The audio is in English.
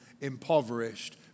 impoverished